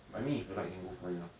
but I mean if you like then go for it lah